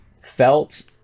felt